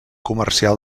comercial